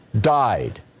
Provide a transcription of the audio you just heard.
died